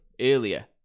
earlier